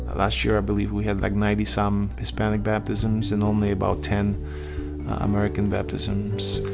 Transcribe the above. last year, i believe, we had like ninety some hispanic baptisms and only about ten american baptisms.